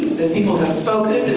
people have spoken,